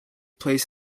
plays